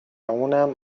اونم